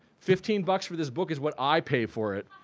fifteen bucks for this book is what i pay for it.